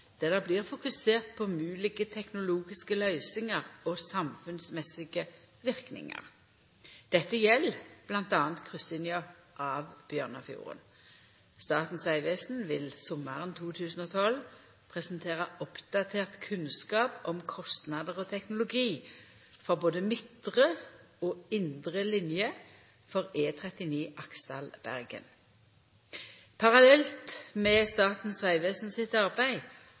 der det blir fokusert på moglege teknologiske løysingar og samfunnsmessige verknader. Dette gjeld bl.a. kryssinga av Bjørnafjorden. Statens vegvesen vil sommaren 2012 presentera oppdatert kunnskap om kostnader og teknologi for både midtre og indre linje for E39 Aksdal–Bergen. Parallelt med Statens vegvesen sitt arbeid